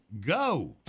go